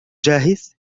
جاهز